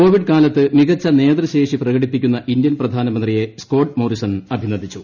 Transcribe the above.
Covid കാലത്ത് മികച്ച നേതൃശേഷി പ്രകടിപ്പിക്കുന്ന ഇന്തൃൻ പ്രധാനമന്ത്രിയെ സ്കോട് മോറിസൺ അഭിനന്ദിച്ചു